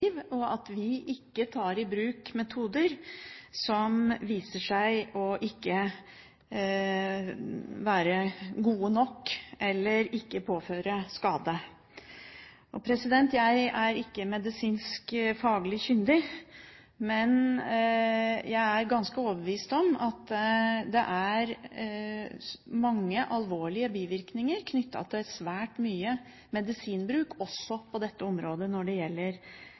og at vi ikke tar i bruk metoder som viser seg ikke å være gode nok eller påfører skade. Jeg er ikke medisinsk faglig kyndig, men jeg er ganske overbevist om at det er mange alvorlige bivirkninger knyttet til svært mye medisinbruk også på området